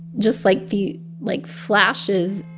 just, like, the like flashes.